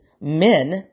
men